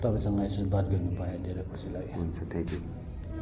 हुन्छ तपाईँसँग यसरी बात गर्न पाएँ धेरै खुसी लाग्यो हुन्छ थ्याङ्कयु